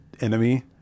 enemy